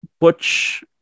butch